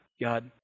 God